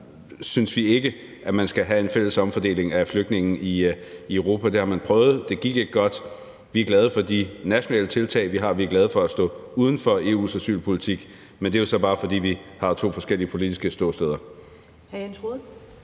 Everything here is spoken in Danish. Der synes vi ikke, at man skal have en fælles omfordeling af flygtninge i Europa. Det har man prøvet, det gik ikke godt. Vi er glade for de nationale tiltag, vi har, vi er glade for at stå uden for EU's asylpolitik, men det er jo så bare, fordi vi har to forskellige politiske ståsteder.